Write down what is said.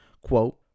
quote